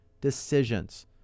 decisions